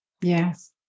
Yes